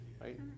right